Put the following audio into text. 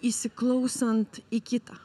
įsiklausant į kitą